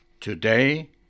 Today